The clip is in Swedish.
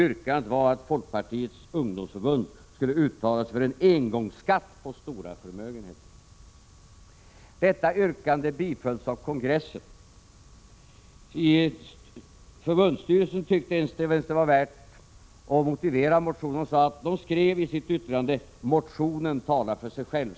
Yrkandet var att Folkpartiets ungdomsförbund skulle uttala sig för en engångsskatt på stora förmögenheter. Detta yrkande bifölls av kongressen. Förbundsstyrelsen tyckte inte ens att det var värt att motivera motionen, utan den skrev i sitt yttrande: Motionen talar för sig själv.